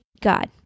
God